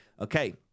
okay